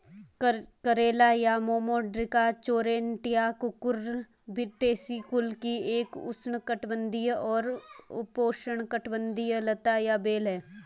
करेला या Momordica charantia Cucurbitaceae कुल की एक उष्णकटिबंधीय और उपोष्णकटिबंधीय लता या बेल है